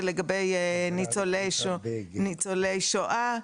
זה לגבי ניצולי שואה.